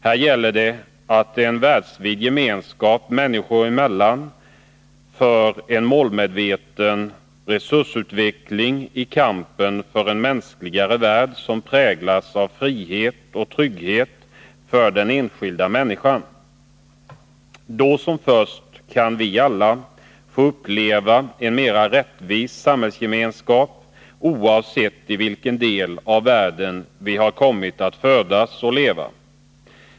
Här gäller det en världsvid gemenskap människor emellan som syftar till en målmedveten resursutveckling i kampen för en mänskligare värld som präglas av frihet och trygghet för den enskilda människan. Då som först kan vi alla få uppleva en mera rättvis samhällsgemenskap, oavsett i vilken del av världen vi har kommit att födas och leva.